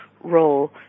role